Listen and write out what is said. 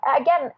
again